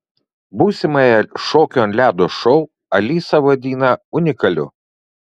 būsimąją šokių ant ledo šou alisa vadina unikaliu